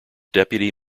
deputy